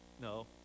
No